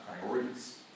priorities